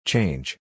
Change